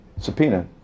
subpoena